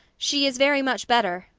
she is very much better,